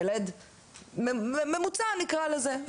ילד ממוצע נקרא לזה,